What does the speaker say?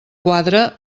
quadre